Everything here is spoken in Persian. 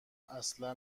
اصلا